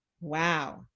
Wow